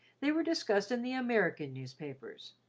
they were discussed in the american newspapers.